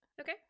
Okay